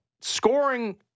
scoring